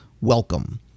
welcome